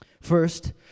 First